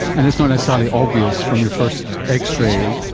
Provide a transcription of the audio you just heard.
and it's not necessarily obvious from your first x-ray,